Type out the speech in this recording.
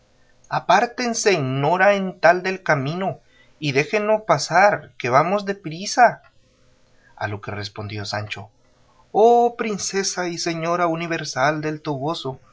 apártense nora en tal del camino y déjenmos pasar que vamos de priesa a lo que respondió sancho oh princesa y señora universal del toboso